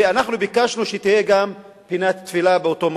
ואנחנו ביקשנו שתהיה גם פינת תפילה באותו מקום,